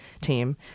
team